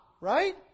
right